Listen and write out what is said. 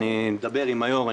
אני אדבר עם היושב-ראש.